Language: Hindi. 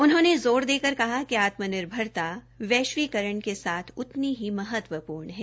उन्होंने जोर देकर कहा कि आत्मनिर्भरता वैश्वीकरण के साथ उतनी ही महत्वपूर्ण है